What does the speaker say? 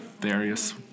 various